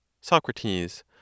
SOCRATES